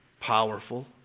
powerful